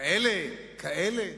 כאלה או כאלה.